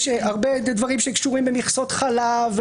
יש הרבה דברים שקשורים במכסות חלב,